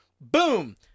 boom